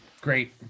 great